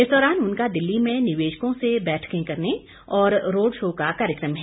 इस दौरान उनका दिल्ली में निवेशकों से बैठकें करने और रोड़ शो का कार्यकम है